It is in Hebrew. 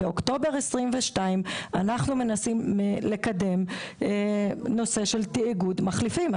מאוקטובר 2022 אנחנו מנסים לקדם נושא של תאגוד מחליפים.